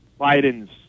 Biden's